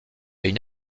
une